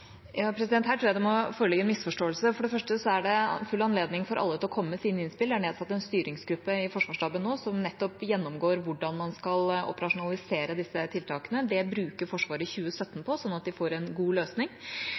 Her tror jeg det må foreligge en misforståelse. For det første er det full anledning for alle til å komme med sine innspill. Jeg har nå nedsatt en styringsgruppe i Forsvarsstaben, som nettopp gjennomgår hvordan man skal operasjonalisere disse tiltakene. Det bruker Forsvaret 2017 på, sånn at de får en god løsning.